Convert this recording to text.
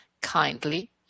kindly